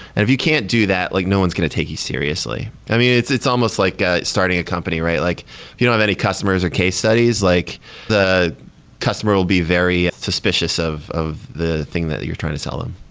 and if you can't do that, like no one's going to take you seriously. i mean, it's it's almost like ah starting a company. if like you don't have any customers or case studies, like the customer will be very suspicious of of the thing that you're trying to sell them.